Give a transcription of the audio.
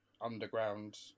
underground